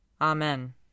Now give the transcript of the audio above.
Amen